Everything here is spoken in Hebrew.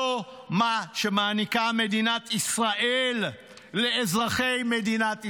זה מה שמעניקה מדינת ישראל לאזרחי מדינת ישראל.